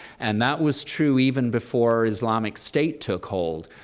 and that was true even before islamic state took hold.